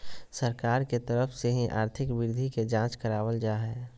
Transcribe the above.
सरकार के तरफ से ही आर्थिक वृद्धि के जांच करावल जा हय